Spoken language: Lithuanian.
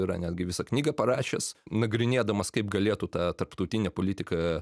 yra netgi visą knygą parašęs nagrinėdamas kaip galėtų ta tarptautinė politika